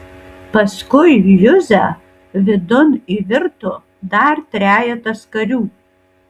paskui juzę vidun įvirto dar trejetas karių